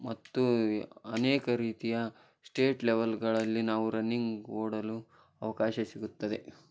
ಮತ್ತು ಅನೇಕ ರೀತಿಯ ಸ್ಟೇಟ್ ಲೆವೆಲ್ಗಳಲ್ಲಿ ನಾವು ರನ್ನಿಂಗ್ ಓಡಲು ಅವಕಾಶ ಸಿಗುತ್ತದೆ